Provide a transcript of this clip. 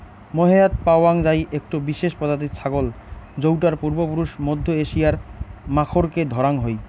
মোহেয়াৎ পাওয়াং যাই একটো বিশেষ প্রজাতির ছাগল যৌটার পূর্বপুরুষ মধ্য এশিয়ার মাখরকে ধরাং হই